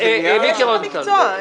היא אשת המקצוע.